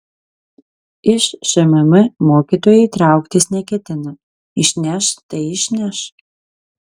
iš šmm mokytojai trauktis neketina išneš tai išneš